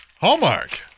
Hallmark